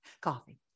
coffee